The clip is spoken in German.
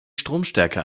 stromstärke